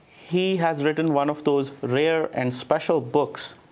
he has written one of those rare and special books,